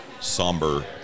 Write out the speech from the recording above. somber